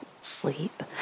sleep